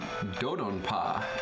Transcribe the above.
Dodonpa